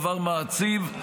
דבר מעציב.